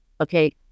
Okay